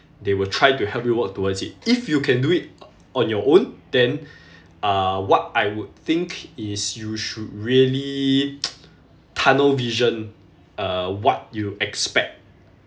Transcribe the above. they will try to help you work towards it if you can do it o~ on your own then uh what I would think is you should really tunnel vision uh what you expect